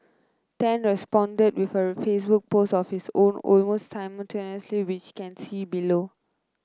tan responded with a Facebook post of his own almost simultaneously which can see below